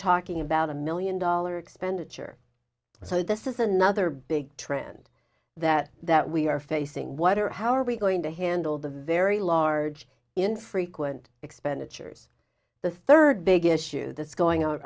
talking about a million dollars expenditure so this is another big trend that that we are facing what are how are we going to handle the very large infrequent expenditures the third big issue that's going on